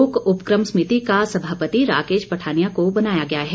लोक उपक्रम समिति का सभापति राकेश पठानिया को बनाया गया है